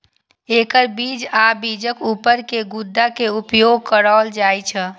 एकर बीज आ बीजक ऊपर के गुद्दा के उपयोग कैल जाइ छै